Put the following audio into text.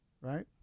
Right